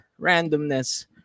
randomness